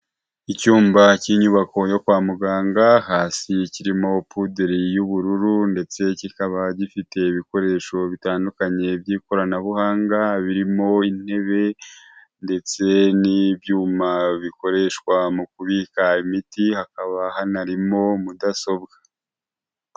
Icyumba cy'inyubako yo kwa muganga; hasi kirimo pudeli y'ubururu ndetse kikaba gifite ibikoresho bitandukanye by'ikoranabuhanga birimo intebe ndetse n'ibyuma bikoreshwa mu kubika imiti; hakaba hanarimo mudasobwa.